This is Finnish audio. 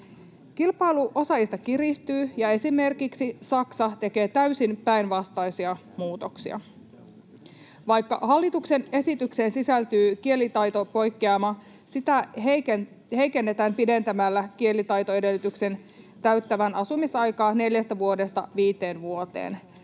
Kilpailu osaajista kiristyy, ja esimerkiksi Saksa tekee täysin päinvastaisia muutoksia. Vaikka hallituksen esitykseen sisältyy kielitaitopoikkeama, sitä heikennetään pidentämällä kielitaitoedellytyksen täyttävää asumisaikaa neljästä vuodesta viiteen vuoteen.